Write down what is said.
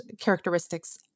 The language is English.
characteristics